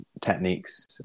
techniques